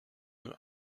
nœud